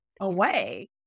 away